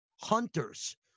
Hunters